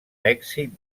èxit